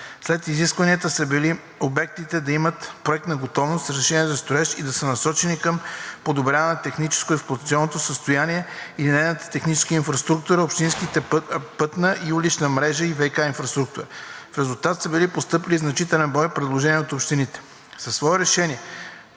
Сред изискванията са били обектите да имат проектна готовност, разрешения за строеж и да са насочени към подобряване на технико-експлоатационното състояние на линейната техническа инфраструктура – общинска пътна и улична мрежа и ВиК инфраструктура. В резултат са постъпили значителен брой предложения от общините.